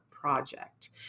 Project